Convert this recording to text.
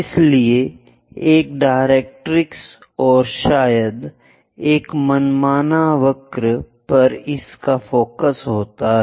इसलिए एक डाइरेक्स और शायद एक मनमाना वक्र पर इसका फोकस होता है